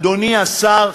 אדוני השר,